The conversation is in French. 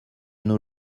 nos